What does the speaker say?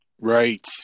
Right